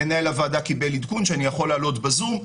מנהל הוועדה קיבל עדכון שאני יכול לעלות בזום,